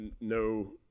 no